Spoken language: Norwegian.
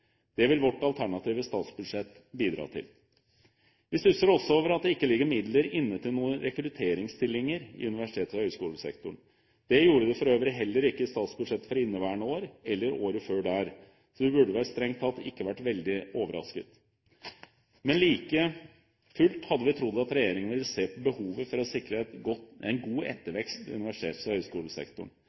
Det vil vårt alternative statsbudsjett bidra til. Vi stusser også over at det ikke ligger midler inne til noen rekrutteringsstillinger i universitets- og høyskolesektoren. Det gjorde det for øvrig heller ikke i statsbudsjettet for inneværende år eller året før det, så vi burde vel strengt tatt ikke være veldig overrasket. Men like fullt hadde vi trodd at regjeringen ville se på behovet for å sikre en god ettervekst i universitets- og høyskolesektoren.